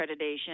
accreditation